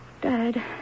Dad